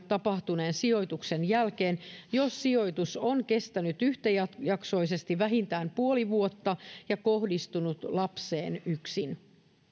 tapahtuneen sijoituksen jälkeen jos sijoitus on kestänyt yhtäjaksoisesti vähintään puoli vuotta ja kohdistunut lapseen yksin